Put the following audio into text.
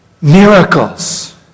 miracles